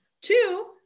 Two